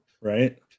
Right